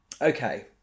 Okay